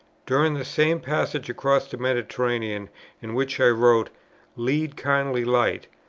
during the same passage across the mediterranean in which i wrote lead kindly light,